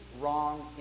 wrong